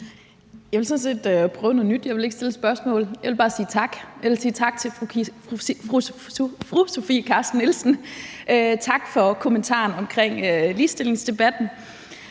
Jeg vil sådan set prøve noget nyt. Jeg vil ikke stille et spørgsmål, men jeg vil bare sige tak til fru Sofie Carsten Nielsen for kommentaren omkring ligestillingsdebatten.